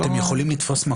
יועצת השרה.